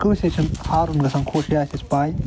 کٲنٛسے چھَنہٕ ہارُن گَژھان خوش یہِ آسہِ اَسہِ پَے